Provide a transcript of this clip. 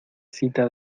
cita